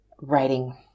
writing